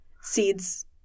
seeds